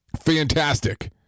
Fantastic